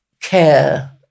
care